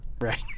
Right